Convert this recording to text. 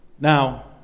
Now